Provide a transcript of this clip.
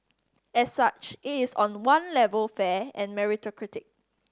as such it is on one level fair and meritocratic